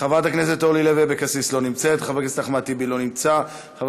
חברת הכנסת אורלי לוי אבקסיס, לא נמצאת, חבר